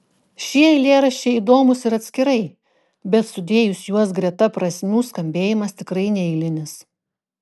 šie eilėraščiai įdomūs ir atskirai bet sudėjus juos greta prasmių skambėjimas tikrai neeilinis